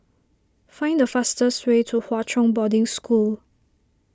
find the fastest way to Hwa Chong Boarding School